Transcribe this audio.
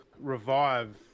revive